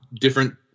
different